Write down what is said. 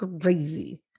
crazy